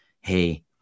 hey